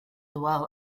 well